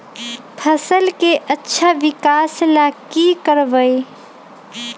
फसल के अच्छा विकास ला की करवाई?